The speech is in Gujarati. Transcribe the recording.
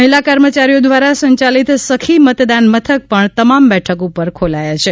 મહિલા કર્મચારીઓ દ્વારા સંચાલિત સખી મતદાન મથક પણ તમામ બેઠક ઉપર ખોલાયા છે